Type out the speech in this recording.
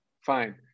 fine